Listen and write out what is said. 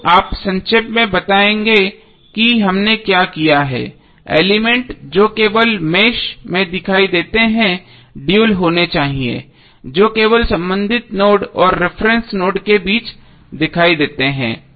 तो अब हम संक्षेप में बताएंगे कि हमने क्या किया है एलिमेंट जो केवल एक मेष में दिखाई देते हैं ड्यूल होने चाहिए जो केवल संबंधित नोड और रिफरेन्स नोड के बीच दिखाई देते हैं